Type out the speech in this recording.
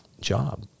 job